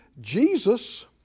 Jesus